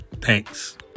Thanks